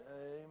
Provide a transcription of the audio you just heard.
Amen